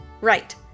Right